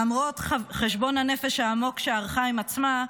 שלמרות חשבון הנפש העמוק שערכה עם עצמה,